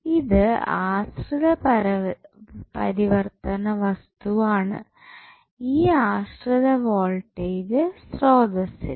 ഇത് ആശ്രിത പരിവർത്തന വസ്തുവാണ് ഈ ആശ്രിത വോൾട്ടേജ് സ്രോതസ്സിൽ